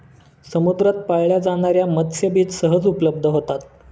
समुद्रात पाळल्या जाणार्या मत्स्यबीज सहज उपलब्ध होतात